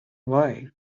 why